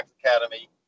Academy